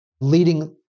leading